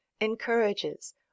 encourages